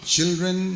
Children